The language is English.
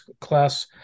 class